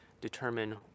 determine